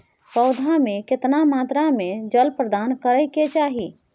पौधा में केतना मात्रा में जल प्रदान करै के चाही?